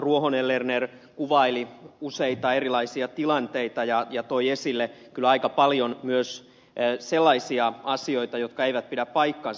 ruohonen lerner kuvaili useita erilaisia tilanteita ja toi esille kyllä aika paljon myös sellaisia asioita jotka eivät pidä paikkaansa